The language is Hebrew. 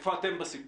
איפה אתם בסיפור?